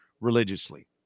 religiously